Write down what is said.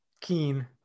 keen